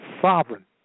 sovereign